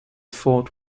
fort